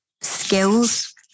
skills